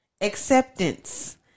Acceptance